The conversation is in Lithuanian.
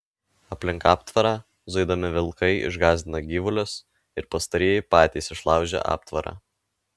aplink aptvarą zuidami vilkai išgąsdina gyvulius ir pastarieji patys išlaužia aptvarą